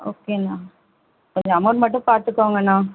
ஓகேனா கொஞ்சம் அமௌன்ட் மட்டும் பார்த்துக்கோங்கனா